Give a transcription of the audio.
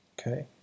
Okay